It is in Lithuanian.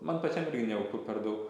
man pačiam irgi nejauku per daug